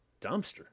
Dumpster